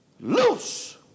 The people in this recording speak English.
Loose